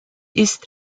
ist